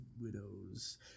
Widows